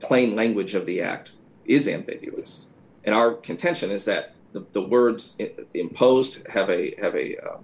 plain language of the act is ambiguous and our contention is that the words imposed have a heav